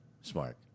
Smart